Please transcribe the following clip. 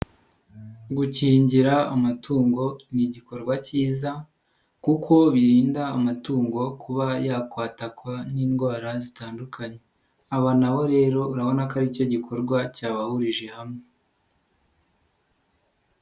Gukingira amatungo ni igikorwa kiza kuko birinda amatungo kuba yakwatakwa n'indwara zitandukanye. Aba nabo rero urabona ko ari cyo gikorwa cyabahurije hamwe.